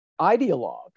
ideologue